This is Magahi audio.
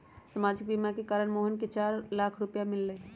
सामाजिक बीमा के कारण मोहन के चार लाख रूपए मिल लय